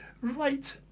Right